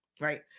Right